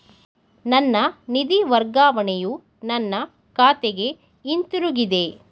ನನ್ನ ನಿಧಿ ವರ್ಗಾವಣೆಯು ನನ್ನ ಖಾತೆಗೆ ಹಿಂತಿರುಗಿದೆ